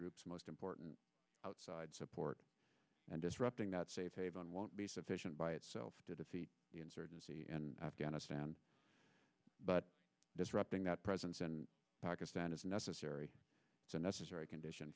group's most important outside support and disrupting that safe haven won't be sufficient by itself to defeat the insurgency in afghanistan but disrupting that presence in pakistan is a necessary and necessary condition